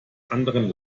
anderen